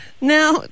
Now